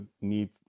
need